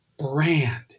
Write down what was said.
brand